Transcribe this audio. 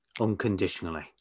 unconditionally